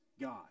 God